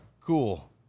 cool